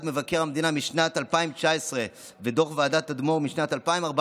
מבקר המדינה משנת 2019 ודוח ועדת תדמור משנת 2014,